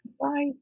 Bye